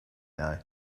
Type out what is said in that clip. know